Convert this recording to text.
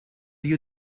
you